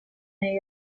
nei